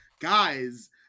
Guys